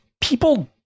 people